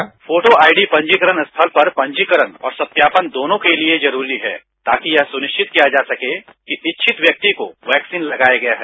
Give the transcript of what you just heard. उत्तर photo ID पंजीकरण स्थल पर पंजीकरण और सत्यापन दोनों के लिए जरूरी है ताकि यह सुनिश्चत किया जा सके कि इच्छित व्यक्ति को वैक्सीन लगाया गया है